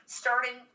starting